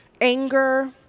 anger